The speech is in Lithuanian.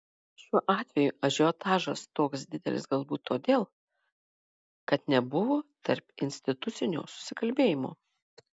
šiuo atveju ažiotažas toks didelis galbūt todėl kad nebuvo tarpinstitucinio susikalbėjimo